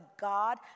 God